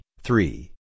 three